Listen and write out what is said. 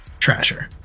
Trasher